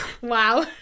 Wow